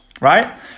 right